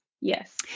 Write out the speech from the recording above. yes